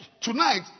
tonight